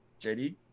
JD